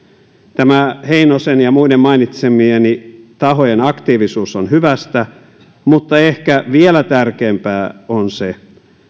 tämä heinosen ja muiden mainitsemieni tahojen aktiivisuus on hyvästä mutta ehkä vielä tärkeämpää on se